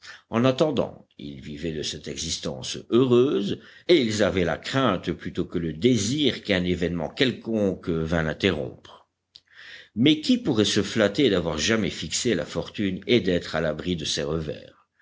en attendant ils vivaient de cette existence heureuse et ils avaient la crainte plutôt que le désir qu'un événement quelconque vînt l'interrompre mais qui pourrait se flatter d'avoir jamais fixé la fortune et d'être à l'abri de ses revers